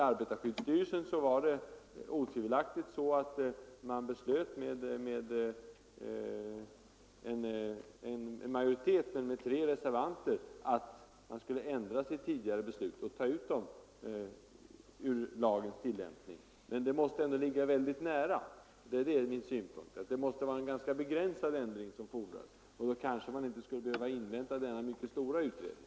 Arbetarskyddsstyrelsen beslöt med tre reservanter att ändra sitt tidigare beslut och utesluta gruppen från lagens tillämpning. Det måste ändå vara en ganska begränsad ändring som fordras, och då kanske man inte behöver invänta denna stora utredning.